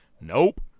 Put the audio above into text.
Nope